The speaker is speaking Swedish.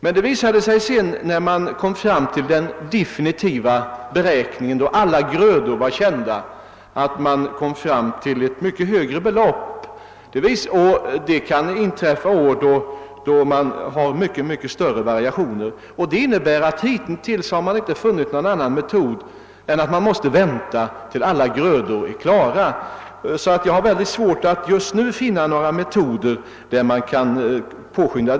När den definitiva sammanräkningen var klar, då alla grödor var kända, visade det sig emellertid att beloppet blev mycket högre. Det kan inträffa större variationer andra år. Hittills har man alltså inte funnit någon annan metod än att vänta tills alla grödor är bärgade. Jag har därför svårt att just nu finna något sätt att påskynda utbetalningarna.